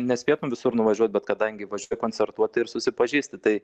nespėtum visur nuvažiuot bet kadangi važiuoji koncertuot tai ir susipažįsti tai